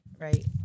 right